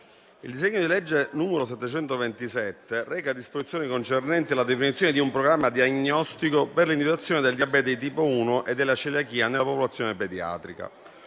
il disegno di legge n. 727 reca disposizioni concernenti la definizione di un programma diagnostico per l'individuazione del diabete di tipo 1 e della celiachia nella popolazione pediatrica.